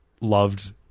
loved